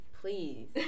Please